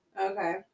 Okay